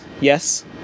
yes